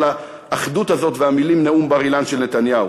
האחדות הזאת ומהמילים "נאום בר-אילן" של נתניהו.